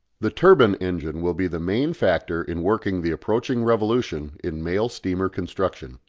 the turbine-engine will be the main factor in working the approaching revolution in mail steamer construction.